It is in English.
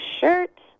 shirt